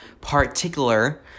particular